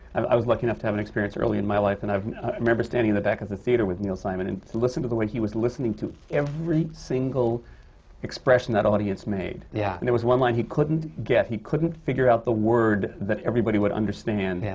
i was lucky enough to have an experience early in my life, and i remember standing in the back of the theatre with neil simon. and to listen to the way he was listening to every single expression that audience made. yeah, yeah. and there was one line he couldn't get. he couldn't figure out the word that everybody would understand, yeah